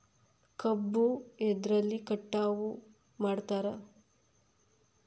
ಕಬ್ಬು ಎದ್ರಲೆ ಕಟಾವು ಮಾಡ್ತಾರ್?